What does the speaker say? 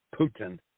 Putin